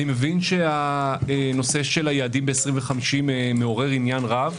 אני מבין שנושא היעדים ב-2050 מעורר עניין רב,